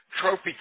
Trophy